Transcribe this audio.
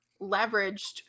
leveraged